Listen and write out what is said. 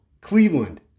Cleveland